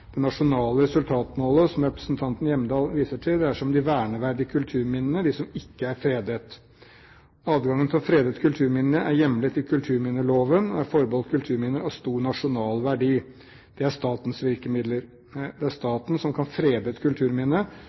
Det nasjonale resultatmålet som representanten Hjemdal viser til, dreier seg om de verneverdige kulturminnene – de som ikke er fredet. Adgangen til å frede et kulturminne er hjemlet i kulturminneloven og er forbeholdt kulturminner av stor nasjonal verdi. Det er statens virkemidler. Det er staten som kan frede et kulturminne.